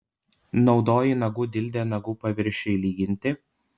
naudoji nagų dildę nagų paviršiui lyginti